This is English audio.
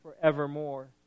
forevermore